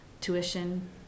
tuition